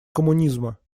коммунизма